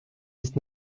dix